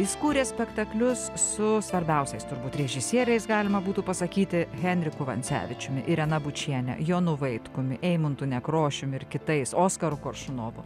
jis kūrė spektaklius su svarbiausiais turbūt režisieriais galima būtų pasakyti henriku vancevičiumi irena bučiene jonu vaitkumi eimuntu nekrošiumi ir kitais oskaru koršunovu